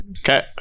Okay